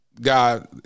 God